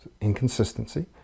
inconsistency